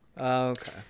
Okay